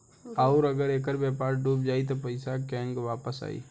आउरु अगर ऐकर व्यापार डूब जाई त पइसा केंग वापस आई